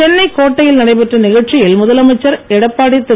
சென்னை கோட்டையில் நடைபெற்ற நிகழ்ச்சியில் முதலமைச்சர் எடப்பாடி திரு